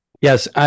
Yes